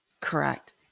Correct